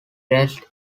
rest